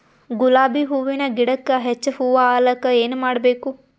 ಗುಲಾಬಿ ಹೂವಿನ ಗಿಡಕ್ಕ ಹೆಚ್ಚ ಹೂವಾ ಆಲಕ ಏನ ಮಾಡಬೇಕು?